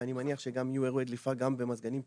ואני מניח שגם יהיו אירועי דליפה גם במזגנים תקניים.